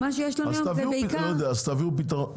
תביאו פתרון.